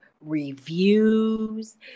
reviews